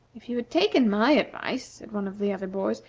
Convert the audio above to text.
if you had taken my advice, said one of the other boys,